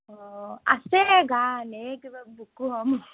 অঁ আছে গান এই কিবা বুকু হম